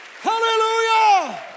hallelujah